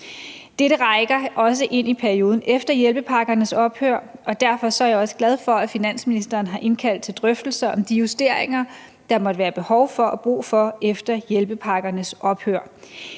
Dette rækker også ind i perioden efter hjælpepakkernes ophør, og derfor er jeg også glad for, at finansministeren har indkaldt til drøftelser om de justeringer, der måtte være behov for og brug for efter hjælpepakkernes ophør.